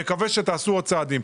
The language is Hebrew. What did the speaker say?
מקווה שתעשו עוד צעדים".